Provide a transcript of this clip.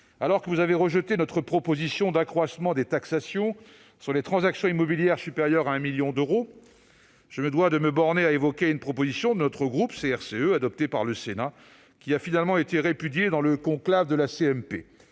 Alors que vous avez rejeté notre proposition d'accroissement des taxations sur les transactions immobilières supérieures à 1 million d'euros, je me dois de me borner à évoquer une proposition du groupe CRCE, adoptée par le Sénat, qui a finalement été répudiée dans le conclave de la